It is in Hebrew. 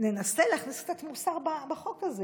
ננסה להכניס קצת מוסר בחוק הזה.